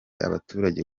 abaturage